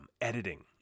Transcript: editing